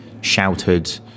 shouted